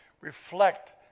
reflect